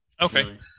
Okay